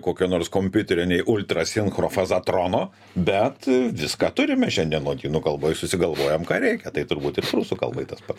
kokio nors kompiuterio nei ultrasinchrofazatrono bet viską turime šiandien lotynų kalboj susigalvojam ką reikia tai turbūt ir prūsų kalbai tas pats